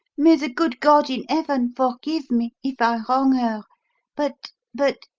may the good god in heaven forgive me, if i wrong her but but